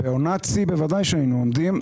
בעונת שיא בוודאי שהיינו עומדים.